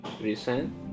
recent